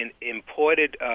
imported